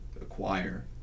acquire